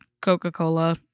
Coca-Cola